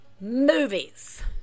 Movies